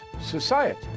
society